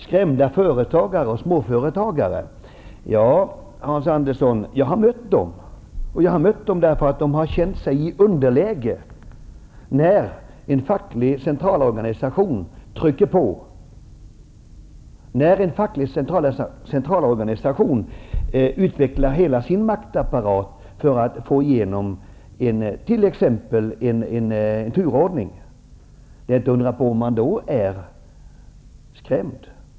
Hans Andersson talar om skrämda småföretagare. Jag har mött dem, Hans Andersson. De har känt sig i underläge när en facklig centralorganisation trycker på, när en facklig centralorganisation utvecklar all sin maktapparat för att få igenom t.ex. en turordning. Det är inte att undra på om man då är skrämd.